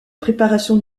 préparation